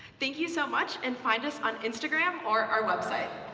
thank you so much. and find us on instagram or our website.